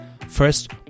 First